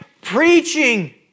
preaching